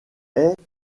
est